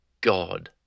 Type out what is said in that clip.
God